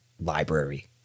library